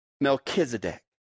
Melchizedek